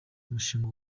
umushinga